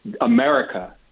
America